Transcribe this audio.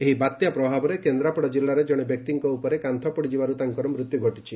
ଏହି ବାତ୍ୟା ପ୍ରଭାବରେ କେନ୍ଦ୍ରାପଡ଼ା ଜିଲ୍ଲାରେ ଜଣେ ବ୍ୟକ୍ତିଙ୍କ ଉପରେ କାନ୍ଥ ପଡ଼ିଯିବାରୁ ତାଙ୍କର ମୃତ୍ୟୁ ଘଟିଛି